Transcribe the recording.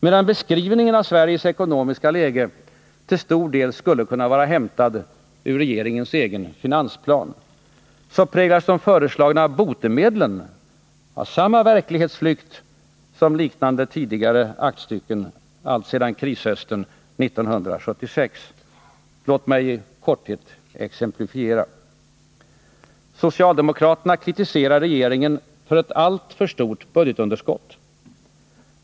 Medan beskrivningen av Sveriges ekonomiska läge till stor del skulle kunna vara hämtad ur regeringens finansplan, präglas de föreslagna botemedlen av samma verklighetsflykt som funnits i liknande, tidigare aktstycken alltsedan krishösten 1976. Låt mig i korthet exemplifiera. Socialdemokraterna kritiserar regeringen för ett alltför stort budgetunderskott.